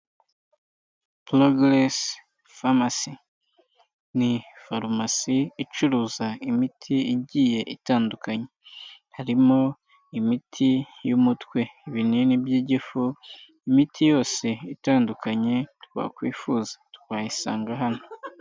Puragirisi farumasi ni farumasi icuruza imiti igiye itandukanye harimo imiti y'umutwe, ibinini by'igifu, imiti yose itandukanye twakwifuza twayisanga hano.